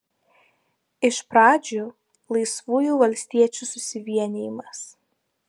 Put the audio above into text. iš pradžių laisvųjų valstiečių susivienijimas